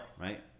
right